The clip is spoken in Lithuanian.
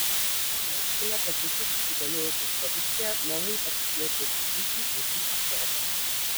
paaiškina kad visus susidomėjusius produkcija mielai pasikviečia į ūkį ir jį aprodo